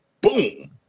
Boom